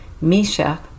Misha